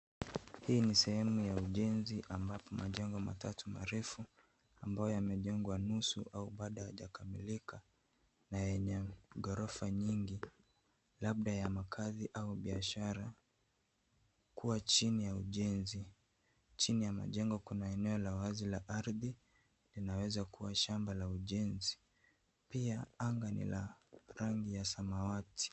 Hii ni sehemu ya ujenzi ambapo majengo matatu marefu ambayo yamejengwa nusu au bado haijakamilika na yenye ghorofa nyingi, labda ya makazi au biashara. Kuwa chini ya ujenzi. Chini ya majengo kuna eneo la wazi la ardhi, linaweza kuwa shamba la ujenzi. Pia anga ni la rangi ya samawati.